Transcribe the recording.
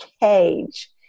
cage